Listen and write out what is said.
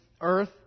earth